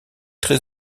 très